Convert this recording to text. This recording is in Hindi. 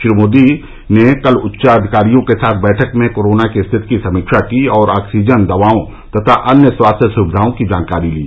श्री मोदी ने कल उच्चाधिकारियों के साथ बैठक में कोरोना की स्थिति की समीक्षा की और ऑक्सीजन दवाओं तथा अन्य स्वास्थ्य सुविधाओं की जानकारी ली